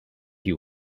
you